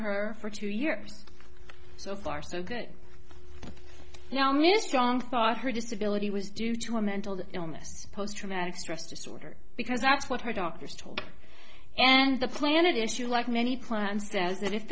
her for two years so far so good now mr aung thought her disability was due to her mental illness post traumatic stress disorder because that's what her doctors told and the planet issue like many plans does that if